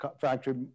factory